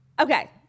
okay